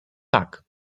tak